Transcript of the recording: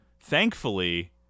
Thankfully